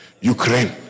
Ukraine